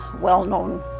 well-known